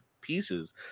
pieces